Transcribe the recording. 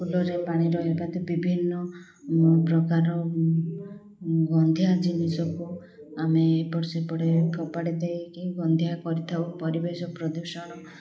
ଫୁଲରେ ପାଣି ରହିବା ତ ବିଭିନ୍ନ ପ୍ରକାର ଗନ୍ଧିଆ ଜିନିଷକୁ ଆମେ ଏପଟ ସେପଟେ ଫୋପାଡ଼ି ଦେଇକି ଗନ୍ଧିଆ କରିଥାଉ ପରିବେଶ ପ୍ରଦୂଷଣ